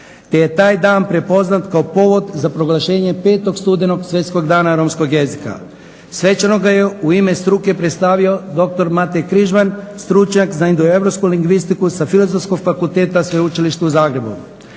te je taj dan prepoznat kao povod za proglašenje 5. studenog Svjetskog dana romskog jezika. Svečano ga je u ime struke predstavio doktor Mate Križman, stručnjak za indoeuropsku lingvistiku sa Filozofskog fakulteta Sveučilišta u Zagrebu.